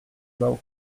bał